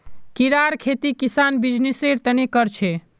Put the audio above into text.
कीड़ार खेती किसान बीजनिस्सेर तने कर छे